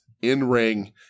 in-ring